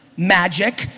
magic,